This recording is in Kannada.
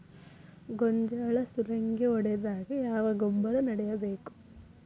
ಗೋಂಜಾಳ ಸುಲಂಗೇ ಹೊಡೆದಾಗ ಯಾವ ಗೊಬ್ಬರ ನೇಡಬೇಕು?